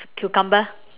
cucumber